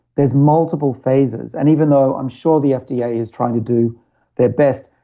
there's multiple phases. and even though i'm sure the fda yeah is trying to do their best,